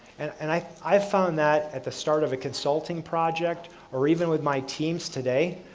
and and i've i've found that at the start of a consulting project or even with my teams today,